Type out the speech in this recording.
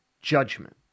judgment